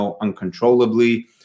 uncontrollably